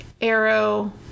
Arrow